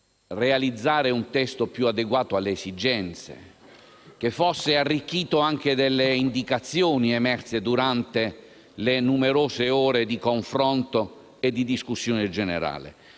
realizzare un testo più adeguato alle esigenze, che fosse arricchito anche dalle indicazioni emerse durante le numerose ore di confronto e di discussione generale.